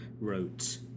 wrote